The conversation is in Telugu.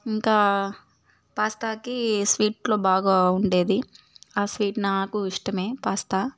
ఇంకా పాస్తాకి స్వీట్లో బాగా ఉండేది ఆ స్వీట్ నాకూ ఇష్టమే పాస్తా